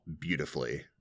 beautifully